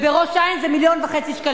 ובראש-העין זה 1.5 מיליון שקלים,